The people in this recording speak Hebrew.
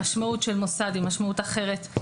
המשמעות של מוסד היא משמעות אחרת,